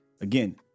Again